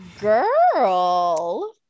girl